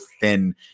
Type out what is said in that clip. thin